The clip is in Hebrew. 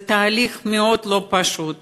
זה תהליך מאוד לא פשוט.